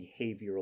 behavioral